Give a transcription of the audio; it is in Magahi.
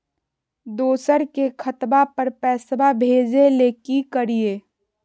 दोसर के खतवा पर पैसवा भेजे ले कि करिए?